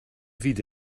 fyd